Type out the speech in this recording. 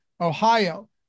Ohio